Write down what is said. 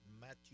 Matthew